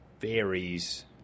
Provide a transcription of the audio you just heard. varies